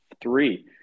Three